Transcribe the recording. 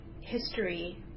history